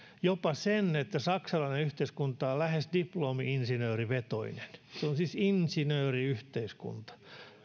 jopa sen että saksalainen yhteiskunta on lähes diplomi insinöörivetoinen siis insinööriyhteiskunta